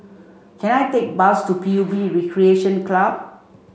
can I take a bus to P U B Recreation Club